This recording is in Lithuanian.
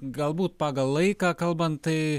galbūt pagal laiką kalbant tai